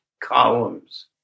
columns